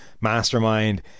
mastermind